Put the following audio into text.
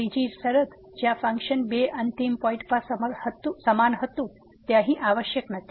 ત્રીજી શરત જ્યાં ફંક્શન બે અંતિમ પોઈંટ પર સમાન હતું તે અહીં આવશ્યક નથી